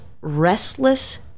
restless